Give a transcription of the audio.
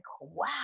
wow